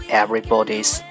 everybody's